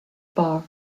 bar